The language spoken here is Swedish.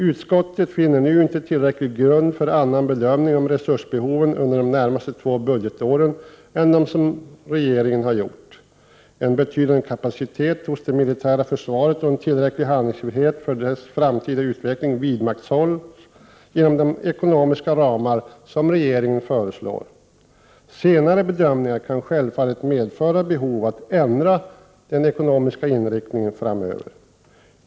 Utskottet finner nu inte tillräcklig grund för annan bedömning av resursbehoven under de närmaste två budgetåren än den som regeringen har gjort. En betydande kapacitet hos det militära försvaret och en tillräcklig handlingsfrihet för dess framtida utveckling vidmakthålls genom de ekonomiska ramar som regeringen föreslår. Senare bedömningar kan självfallet 31 medföra behov att ändra den ekonomiska inriktningen framöver.